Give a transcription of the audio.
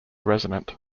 resonant